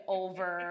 over